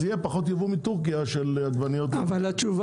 אז יהיה פחות ייבוא מטורקיה של עגבניות אבל התשובה